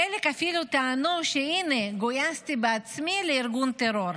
חלק אפילו טענו שהינה, גויסתי בעצמי לארגון טרור.